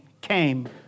came